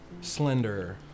slender